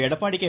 Edappadi K